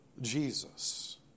Jesus